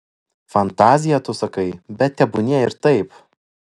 fantazija tu sakai bet tebūnie ir taip